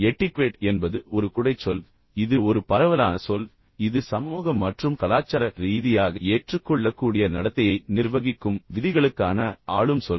etiquette என்பது ஒரு குடைச் சொல் இது ஒரு பரவலான சொல் இது சமூக மற்றும் கலாச்சார ரீதியாக ஏற்றுக்கொள்ளக்கூடிய நடத்தையை நிர்வகிக்கும் விதிகளுக்கான ஆளும் சொல்